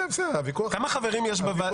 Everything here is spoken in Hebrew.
כמה חברים יש בוועדה?